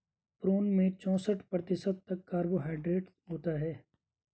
prune में चौसठ प्रतिशत तक कार्बोहायड्रेट होता है